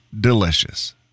delicious